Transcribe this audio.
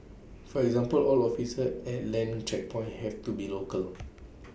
for example all officers at land checkpoints have to be local